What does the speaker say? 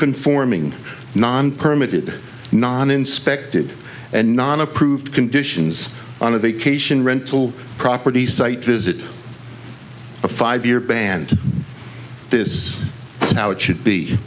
conforming non permit it non inspected and non approved condition ins on a vacation rental property site visit a five year band this is how it should be